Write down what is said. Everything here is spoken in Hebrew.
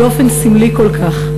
באופן סמלי כל כך,